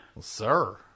Sir